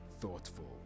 Thoughtful